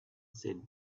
said